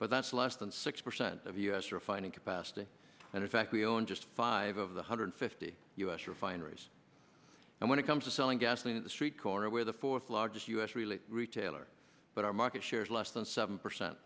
but that's less than six percent of us refining capacity and in fact we own just five of the hundred fifty u s refineries and when it comes to selling gasoline on the street corner where the fourth largest us really retailer but our market share is less than seven percent